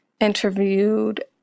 interviewed